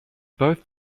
both